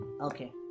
Okay